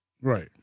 Right